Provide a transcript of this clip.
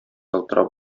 ялтырап